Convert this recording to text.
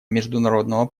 международного